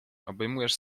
obejmujesz